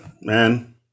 man